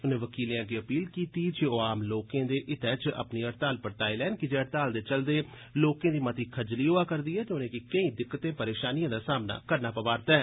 उनें वकीलें अग्गें अपील कीती जे ओ आम लोकें दे हितै च अपनी हड़ताल परताई लैन की जे हड़ताल दे चलदे लोकें दी मती खजली होआ करदी ऐ ते उनेंगी केई दिक्कतें परेशानिएं दा सामना करना पवै करदा ऐ